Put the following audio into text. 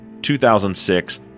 2006